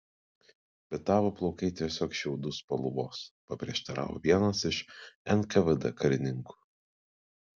bet tavo plaukai tiesiog šiaudų spalvos paprieštaravo vienas iš nkvd karininkų